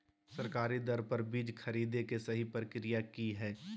सरकारी दर पर बीज खरीदें के सही प्रक्रिया की हय?